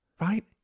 right